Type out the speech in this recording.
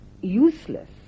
useless